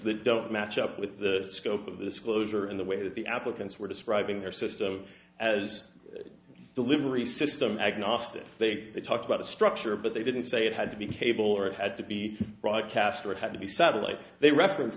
that don't match up with the scope of this closure in the way that the applicants were describing their system as delivery system agnostic they talked about the structure but they didn't say it had to be cable or it had to be broadcast or it had to be satellite they reference